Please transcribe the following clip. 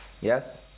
Yes